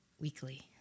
weekly